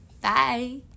Bye